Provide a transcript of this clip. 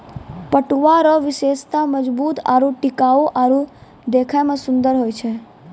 पटुआ रो विशेषता मजबूत आरू टिकाउ आरु देखै मे सुन्दर होय छै